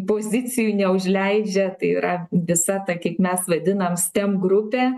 pozicijų neužleidžia tai yra visa ta kaip mes vadinam stem grupė